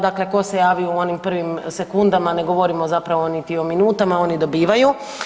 Dakle, tko se javi u onim prvim sekundama ne govorimo zapravo niti o minutama oni dobivaju.